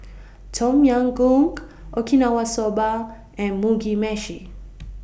Tom Yam Goong Okinawa Soba and Mugi Meshi